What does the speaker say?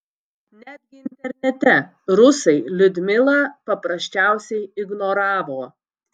netgi internete rusai liudmilą paprasčiausiai ignoravo